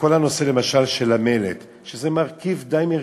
שלמשל כל הנושא של המלט, שזה מרכיב די מרכזי,